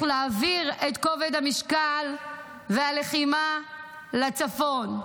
להעביר את כובד המשקל והלחימה לצפון.